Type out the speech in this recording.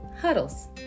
Huddles